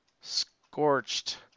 Scorched